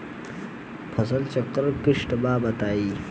फसल चक्रण कट्ठा बा बताई?